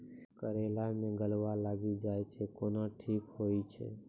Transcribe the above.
करेला मे गलवा लागी जे छ कैनो ठीक हुई छै?